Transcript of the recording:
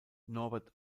norbert